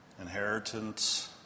inheritance